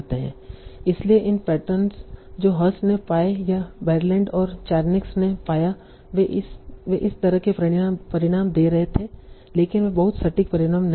इसलिए इन पैटर्न जो हर्स्ट ने पाए या बेरलैंड और चारनिअक्स ने पाया कि वे इस तरह के परिणाम दे रहे थे लेकिन वे बहुत सटीक परिणाम नहीं थे